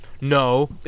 No